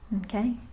Okay